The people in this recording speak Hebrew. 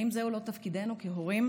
האם זהו לא תפקידנו כהורים?